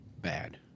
bad